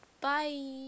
Bye